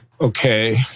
Okay